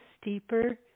steeper